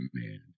command